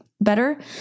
better